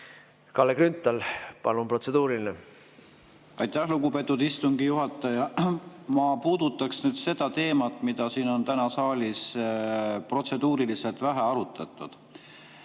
Kalle Grünthal, palun, protseduuriline! Aitäh, lugupeetud istungi juhataja! Ma puudutaksin seda teemat, mida täna siin saalis on protseduuriliselt vähe arutatud.